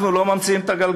אנחנו לא ממציאים את הגלגל,